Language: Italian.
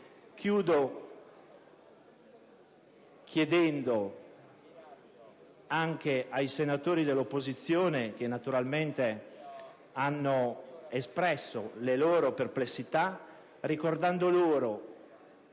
Chiudo rivolgendomi ai senatori dell'opposizione, che naturalmente hanno espresso le loro perplessità, ricordando loro